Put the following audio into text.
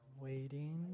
Waiting